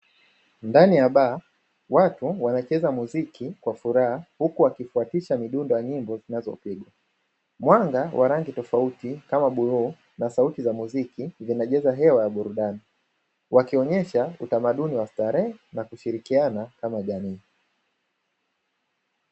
Ndani ya baa watu wanacheza muziki kwa furaha huku wakifuatisha midundo ya nyimbo zinazopigwa. Mwanga wa rangi tofauti kama bluu na sauti za muziki zinajaza hewa ya burudani, wakionyesha utamaduni wa starehe na kushirikiana kama jamii.